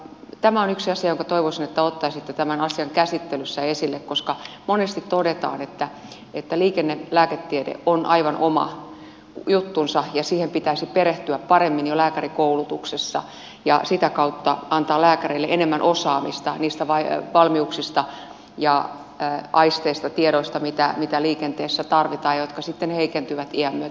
tämä on yksi asia jonka toivoisin että ottaisitte tämän asian käsittelyssä esille koska monesti todetaan että liikennelääketiede on aivan oma juttunsa ja siihen pitäisi perehtyä paremmin jo lääkärikoulutuksessa ja sitä kautta antaa lääkäreille enemmän osaamista niistä valmiuksista ja aisteista tiedoista mitä liikenteessä tarvitaan jotka sitten heikentyvät iän myötä